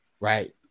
right